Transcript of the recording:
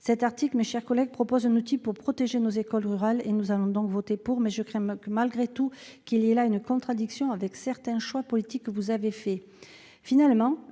Cet article prévoit un outil pour protéger nos écoles rurales. Nous allons donc voter pour, mais je crains malgré tout qu'il y ait là une contradiction avec certains choix politiques que vous avez faits. Finalement,